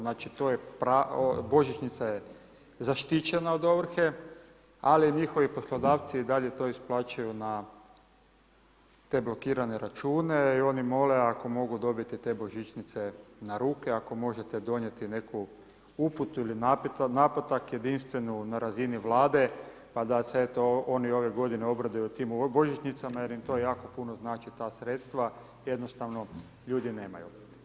Znači to je božićnica je zaštićena od ovrhe, ali njihovi poslodavci i dalje to isplaćuju na te blokirane račune, i oni mole ako mogu dobiti te božićnice na ruke, ako možete donijeti neku uputu ili naputak jedinstvenu na razini vlade, pa da se eto, oni ove g. obraduju tim božićnicama, jer mi to jako puno znači, ta sredstva jednostavno ljudi nemaju.